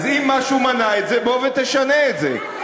אז אם משהו מנע את זה, בוא ותשנה את זה.